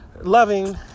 loving